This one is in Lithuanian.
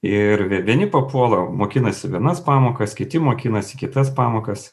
ir vieni papuola mokinasi vienas pamokas kiti mokinasi kitas pamokas